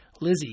Lizzie